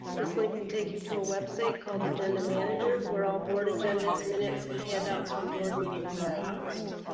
this link will take you to a website called agenda manager where all board agendas minutes and handouts from board meetings are housed.